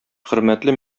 хөрмәтле